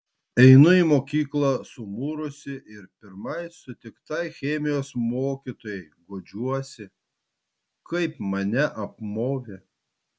einu į mokyklą sumurusi ir pirmai sutiktai chemijos mokytojai guodžiuosi kaip mane apmovė